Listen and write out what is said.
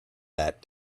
that